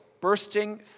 bursting